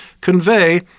convey